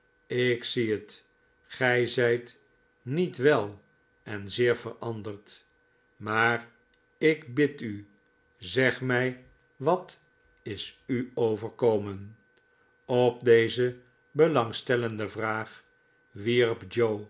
ik zie het gij zijt niet wel en zeer veranderd maar ik bid u zeg mij wat is u overkomen op deze belangstellende vraag wierp joe